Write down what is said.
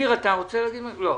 תודה.